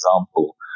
example